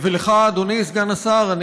ולך, אדוני סגן השר: